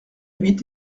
huit